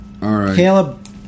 Caleb